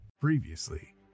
Previously